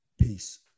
Peace